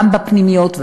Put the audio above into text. גם בפנימיות,